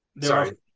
Sorry